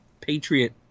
Patriot